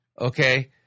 Okay